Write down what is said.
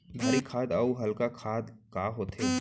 भारी खाद अऊ हल्का खाद का होथे?